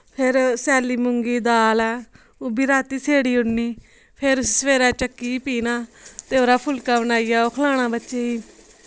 फिर सैली मुंगी दी दाल ऐ ओह् बी राती सेड़ी ओड़नी फिर सवेरै चक्की च पीह्ना ते ओह्दा फुलना बनाईऐ ओह् खलाना बच्चे गी